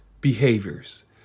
behaviors